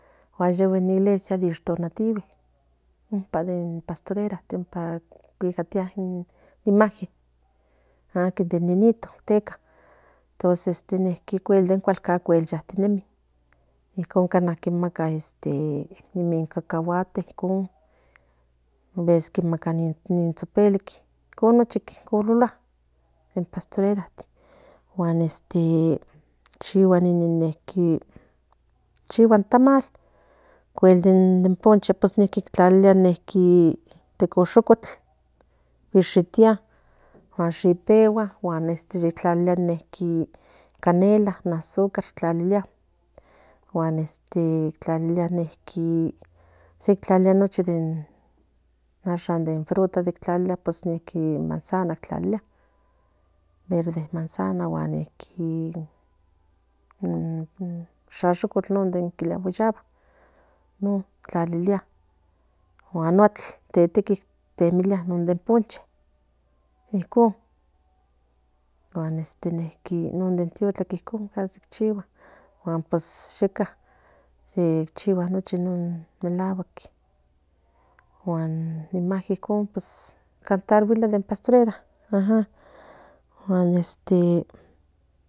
Guan yegayi in pastoral cuicatia in imagen de niñito inteca emcuel de cualcan yactinemi ni cacahuate icon ves ni tsopelik chiguanin tamal ocuel del poncho tlalilia guishitia shipegua tlalilia in canela in azúcar guan este tlalilia se tlalilianochi in fruta manzana verde niqui in shayukutl alt temilianinnponche icon non de tiotlatl pues yeca chihua nochi melacuatl imagen icon cantaría in pastorela